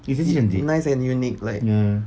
nice and unique